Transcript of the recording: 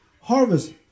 Harvest